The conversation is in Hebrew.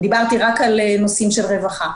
אני דיברתי רק על נושאים של רווחה.